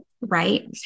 right